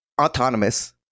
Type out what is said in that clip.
autonomous